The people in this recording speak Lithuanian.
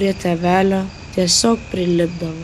prie tėvelio tiesiog prilipdavo